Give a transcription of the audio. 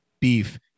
beef